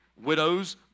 Widows